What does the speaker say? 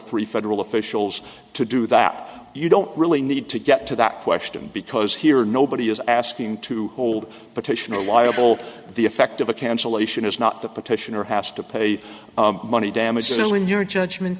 three federal officials to do that you don't really need to get to that question because here nobody is asking to hold a petition or why of all the effect of a cancellation is not the petitioner has to pay money damages or in your judgment